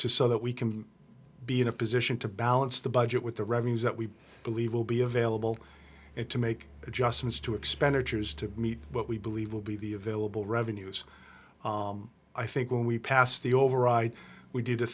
to so that we can be in a position to balance the budget with the revenues that we believe will be available and to make adjustments to expenditures to meet what we believe will be the available revenues i think when we passed the override we did a